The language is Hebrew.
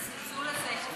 אוי, הזלזול הזה.